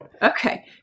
Okay